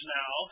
now